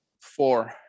four